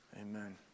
Amen